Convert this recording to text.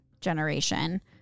generation